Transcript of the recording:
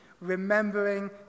remembering